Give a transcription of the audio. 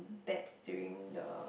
bets during the